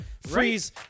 Freeze